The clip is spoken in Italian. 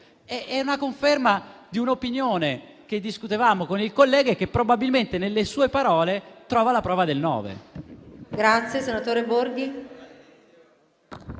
È la conferma di un'opinione che discutevamo con il collega e che probabilmente nelle sue parole trova la prova del nove.